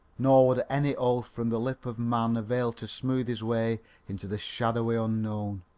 nor would any oath from the lip of man avail to smooth his way into the shadowy unknown.